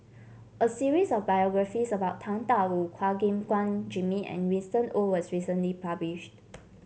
a series of biographies about Tang Da Wu Chua Gim Guan Jimmy and Winston Oh was recently published